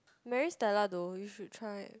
Maris-Stella though you should try